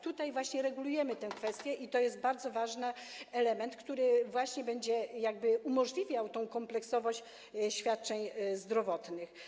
Tu właśnie regulujemy tę kwestię i to jest bardzo ważny element, który będzie umożliwiał tę kompleksowość świadczeń zdrowotnych.